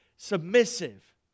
Submissive